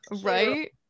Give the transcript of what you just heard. Right